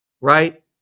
right